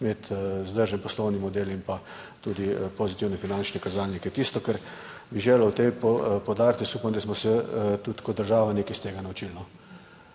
imeti vzdržen poslovni model in pa tudi pozitivne finančne kazalnike. Tisto, kar bi želel ob tem poudariti, jaz upam, da smo se tudi kot država nekaj iz tega naučili.